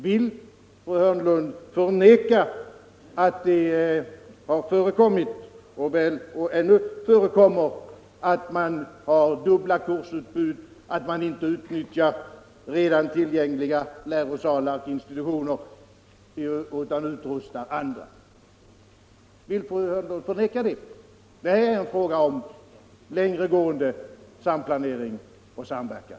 Vill fru Hörnlund förneka att det har förekommit och ännu förekommer dubbla kursutbud och att man inte utnyttjar redan tillgängliga lärosalar och institutioner utan utrustar andra? Vill fru Hörnlund förneka det? Detta är en fråga om längre gående samplanering och samverkan.